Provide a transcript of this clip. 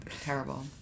Terrible